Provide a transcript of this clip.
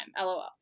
lol